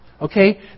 Okay